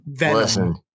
Listen